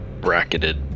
bracketed